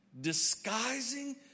disguising